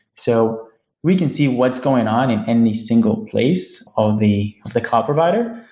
so we can see what's going on in any single place of the of the cloud provider.